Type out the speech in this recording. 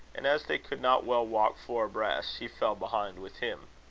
and as they could not well walk four abreast, she fell behind with him.